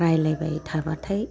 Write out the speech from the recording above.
रायज्लायबाय थाब्लाथाय